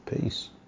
peace